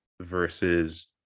versus